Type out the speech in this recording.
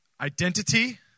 Identity